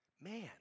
Man